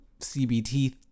CBT